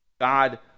God